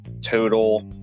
total